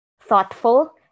thoughtful